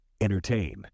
Entertain